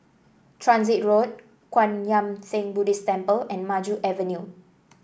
Transit Road Kwan Yam Theng Buddhist Temple and Maju Avenue